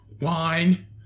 wine